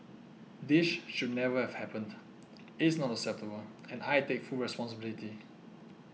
this should never have happened is not acceptable and I take full responsibility